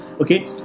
Okay